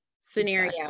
scenario